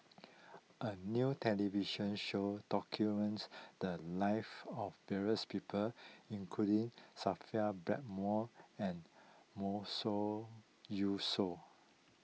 a new television show documents the lives of various people including Sophia Blackmore and Yusof